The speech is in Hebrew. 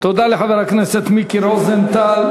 תודה לחבר הכנסת מיקי רוזנטל.